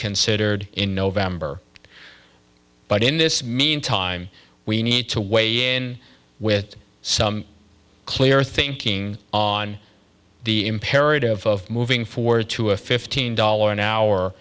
considered in november but in this meantime we need to weigh in with some clear thinking on the imperative of moving forward to a fifteen dollar an hour